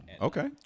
Okay